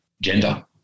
gender